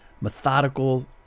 methodical